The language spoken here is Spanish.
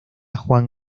juan